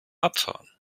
abfahren